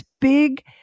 big